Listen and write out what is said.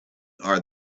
are